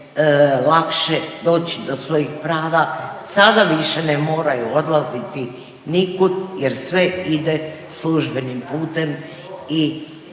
lakše doći do svojih prava. Sada više ne moraju odlaziti nikud jer sve ide službenim putem i